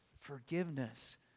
Forgiveness